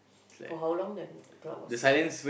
for how long then the crowd was silent